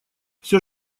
всё